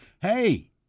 Hey